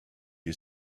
you